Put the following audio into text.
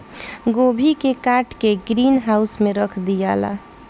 गोभी के काट के ग्रीन हाउस में रख दियाला